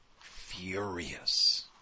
furious